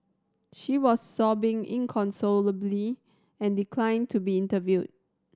she was sobbing inconsolably and declined to be interviewed